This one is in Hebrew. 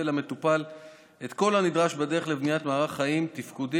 למטופל את כל הנדרש בדרך לבניית מערך חיים תפקודי,